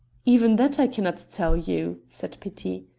even that i cannot tell you, said petit.